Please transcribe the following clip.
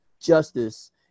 justice